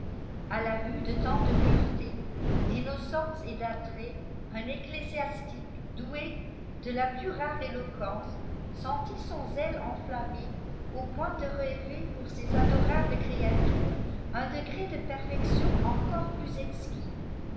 a la vue de tant de pureté d'ianocence et d'attraits un ecclésiastique doué de la plus rare éloquence j sentit son sle enflammé au point de rêver pour ces adorables créatures un degré de perfection encore plus eiqnis